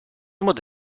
مدت